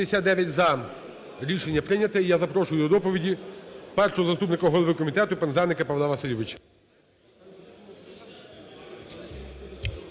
Рішення прийнято. І я запрошую до доповіді першого заступника голови комітету Пинзеника Павла Васильовича